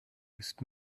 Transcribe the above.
ist